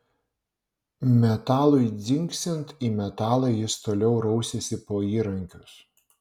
metalui dzingsint į metalą jis toliau rausėsi po įrankius